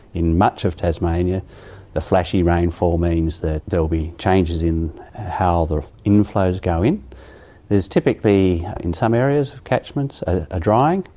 in much of tasmania the flashy rainfall means that there will be changes in how the inflows go in. there is typically, in some areas of catchments, a drying,